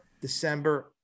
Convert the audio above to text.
December